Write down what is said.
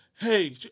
Hey